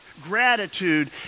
Gratitude